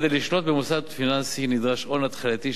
כדי לשלוט במוסד פיננסי נדרש הון התחלתי,